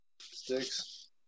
sticks